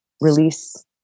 release